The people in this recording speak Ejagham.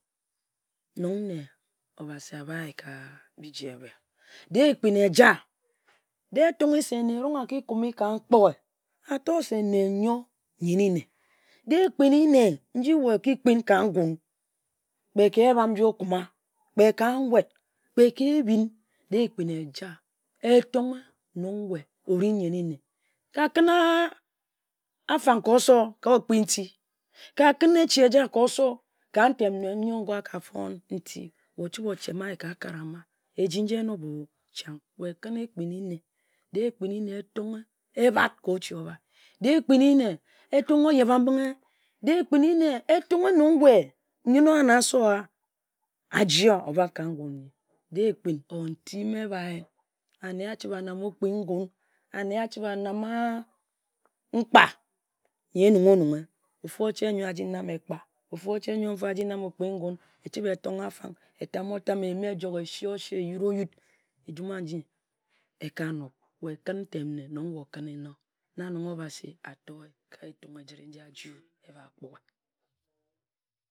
Nong nne, Obasi ahbia ka ngun ka biji eba, de-e iekpijn eja nde-e etonghe se nne fin-he-erong a-ki kume ka mpoi a tor se nne yor n-yeni nne. De-e ekpini-ne nji we oki kpin ka ngun, kpe ka ebam n-ji o-kuma, kpe ka nwut kpe ka ehbin, de-e ekpin eja etonghe nong we orinyen-ni nne. Ka kǝn a-afang ka osor ka okpi nti, ka kǝn echi eja ka osor ka ntem nne nyor-ngo a ka fon nti, we ochib-ochie-ma-ye ka a-kat. Ejieh nji enob-o, chang. Kǝn ekpin-ni nne. De-e ekpin-ni nne etonghe ebhat ka ochi o-bha. De-e ekpin-ni nne etonghe oyeba-mbinge. De-e ekpin-ni etonghe nong nse-o-wa na nyen-o-wa a-ji-a o-bhag ka ngun nyi De-e ekpin or nti ma ehbai anne a-chibe a-nama okpi ngun, a-nama mkpa nyi enungha onunghe. Ofu ochie, nyor a-ji nam ekpa, ofu ochie nyorfa aji nam okpi ngun, ee-hibe e-tama afang, eh yima ejok ese-a-ose, e-wura-o wut, ejum anji eka nob. We kǝn ntem nne nong we o-kǝn n-doo.